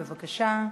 בבקשה.